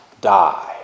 die